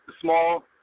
small